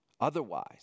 Otherwise